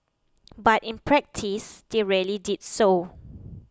but in practice they rarely did so